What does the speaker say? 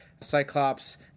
Cyclops